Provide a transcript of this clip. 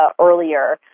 earlier